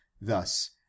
Thus